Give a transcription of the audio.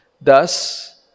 thus